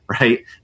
right